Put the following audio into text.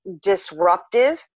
disruptive